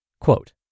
Quote